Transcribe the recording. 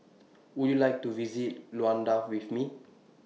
Would YOU like to visit Luanda with Me